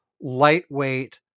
lightweight